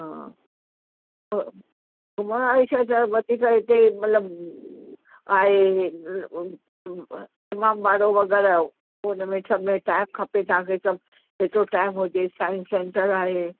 हा घुमण वारी शइ त वधीक हिते मतलबु आहे इमामबाड़ो वग़ैरह हुन में सभु में टाइम खपे तव्हांखे सभु एतिरो टाइम हुजे साइंस सेंटर आहे